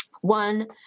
one